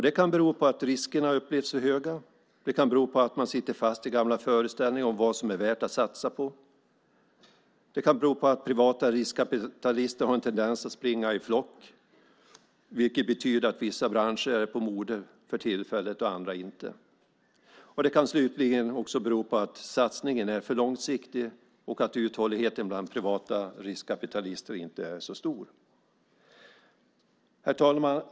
Det kan bero på att riskerna upplevs som för höga, att man sitter fast i gamla föreställningar om vad som är värt att satsa på, att privata riskkapitalister har en tendens att springa i flock, vilket betyder att vissa branscher är på modet för tillfället och andra inte, och det kan slutligen bero på att satsningen är för långsiktig och att uthålligheten bland privata riskkapitalister inte är så stor. Herr talman!